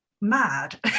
mad